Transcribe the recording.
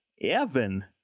Evan